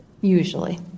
usually